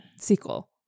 sequel